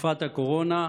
תקופת הקורונה.